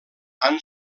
han